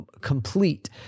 complete